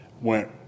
went